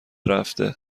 رفته